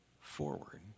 forward